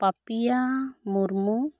Papiya Murmu